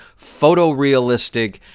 photorealistic